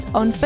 on